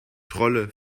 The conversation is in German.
trolle